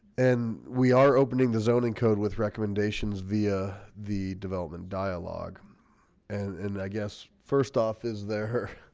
and we are opening the zoning code with recommendations via the development dialog and and i guess first off is there